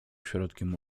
środkiem